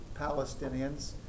Palestinians